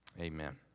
amen